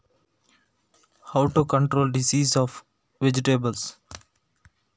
ತರಕಾರಿಗಳಿಗೆ ರೋಗಗಳು ಬರದಂತೆ ಹೇಗೆ ನಿಯಂತ್ರಿಸುವುದು?